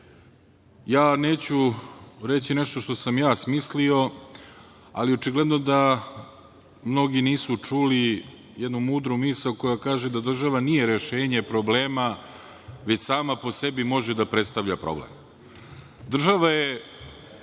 neću reći nešto što sam ja smislio, ali očigledno da mnogi nisu čuli jednu mudru misao, koja kaže da država nije rešenje problema, već sama po sebi može da predstavlja problem. Država je